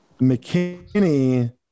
McKinney –